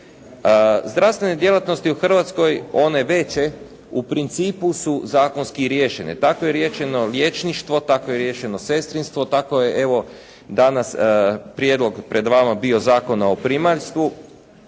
zdravstvene djelatnosti u Hrvatskoj, one veće u principu su zakonske riješene. Tako je riješeno liječništvo, tako je riješeno sestrinstvo, tako je evo danas prijedlog pred vama bio Zakona o primaljstvu,